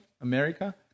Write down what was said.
America